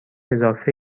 اضافه